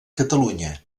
catalunya